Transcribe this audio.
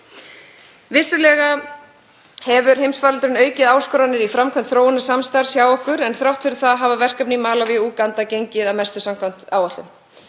Vissulega hefur heimsfaraldurinn aukið áskoranir í framkvæmd þróunarsamstarfs hjá okkur en þrátt fyrir það hafa verkefni í Malaví og Úganda gengið að mestu samkvæmt áætlun.